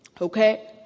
okay